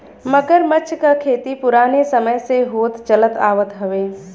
मगरमच्छ क खेती पुराने समय से होत चलत आवत हउवे